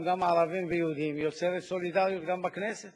אני שמעתי את ראש הממשלה מסביר ומתפאר בכביש 6,